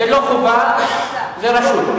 זו לא חובה, זו רשות.